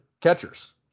catchers